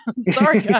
Sorry